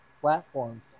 platforms